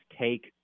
take